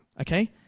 okay